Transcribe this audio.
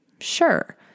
Sure